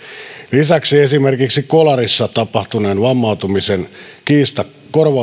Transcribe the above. lisäksi esimerkiksi kolarissa tapahtuneen vammautumisen korvauskiistat